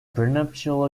prenuptial